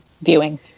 viewing